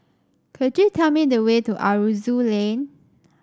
could you tell me the way to Aroozoo Lane